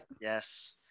Yes